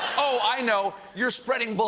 oh, i know. you're spreading but